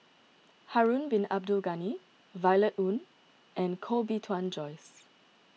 Harun Bin Abdul Ghani Violet Oon and Koh Bee Tuan Joyce